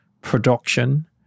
production